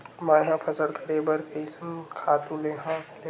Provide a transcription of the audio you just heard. मैं ह फसल करे बर कइसन खातु लेवां?